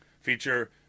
feature